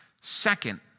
Second